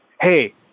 hey